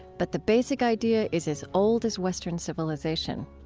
but the basic idea is as old as western civilization.